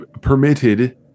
permitted